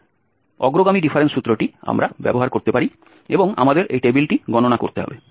সেই forward difference সূত্রটি আমরা ব্যবহার করতে পারি এবং আমাদের এই টেবিলটি গণনা করতে হবে